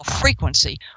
frequency